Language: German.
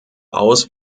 aus